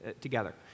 together